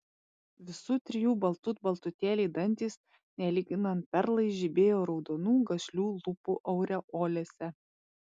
visų trijų baltut baltutėliai dantys nelyginant perlai žibėjo raudonų gašlių lūpų aureolėse